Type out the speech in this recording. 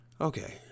Okay